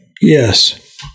Yes